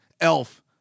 Elf